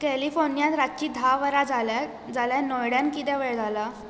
कॅलिफोर्नियात रातचीं धा वरां जाल्यांत जाल्यार नोयडांत कितें वेळ जाला